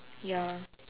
ya